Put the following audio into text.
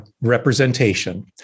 representation